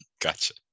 gotcha